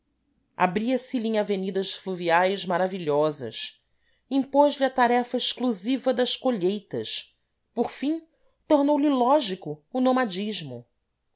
abria se lhe em avenidas fluviais maravilhosas impôs lhe a tarefa exclusiva das colheitas por fim tornou lhe lógico o nomadismo